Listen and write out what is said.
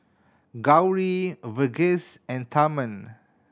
Gauri Verghese and Tharman